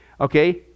okay